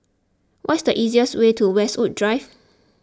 what is the easiest way to Westwood Drive